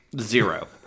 Zero